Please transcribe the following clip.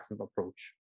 approach